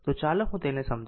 તો ચાલો હું તેને સમજાવું